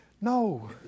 No